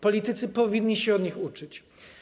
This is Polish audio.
Politycy powinni się od nich uczyć.